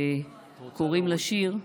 וקוראים לשיר,